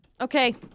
Okay